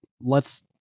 lets